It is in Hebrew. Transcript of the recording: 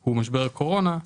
הוא משבר הקורונה,